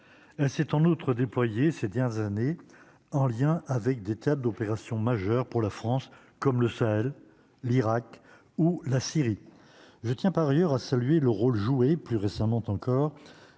c'est en outre déployé c'est bien année en lien avec des tables d'opérations majeure pour la France comme le Sahel, l'Irak ou la Syrie je tiens par ailleurs à saluer le rôle joué plus récemment encore